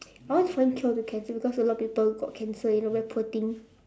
I want find cure to cancer because a lot of people got cancer you know very poor thing